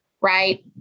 right